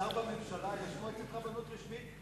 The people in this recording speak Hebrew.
לשר בממשלה יש מועצת רבנות רשמית,